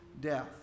death